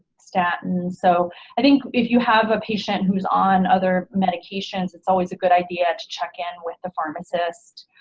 statins, so i think if you have a patient who's on other medications it's always a good idea to check in with the pharmacist,